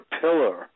pillar